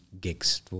gigs